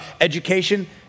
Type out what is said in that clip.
education